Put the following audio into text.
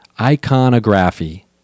Iconography